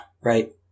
right